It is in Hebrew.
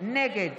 נגד